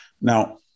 Now